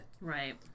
Right